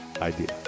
idea